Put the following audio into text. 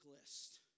list